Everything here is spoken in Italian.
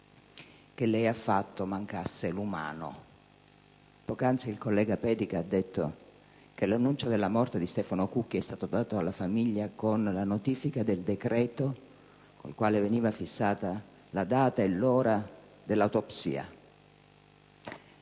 che lei ha fatto mancasse l'umano. Poc'anzi il collega Pedica ha detto che l'annuncio della morte di Stefano Cucchi è stato dato alla famiglia con la notifica del decreto con il quale venivano fissate la data e l'ora dell'autopsia.